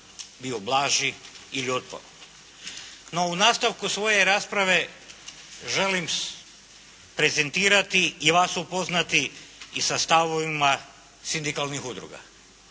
bio blaži ili otporan. No, u nastavku svoje rasprave želim prezentirati i vas upoznati i sa stavovima sindikalnih udruga